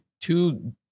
two